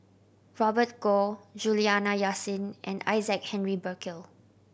Robert Goh Juliana Yasin and Isaac Henry Burkill